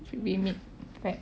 should be mid right